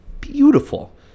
beautiful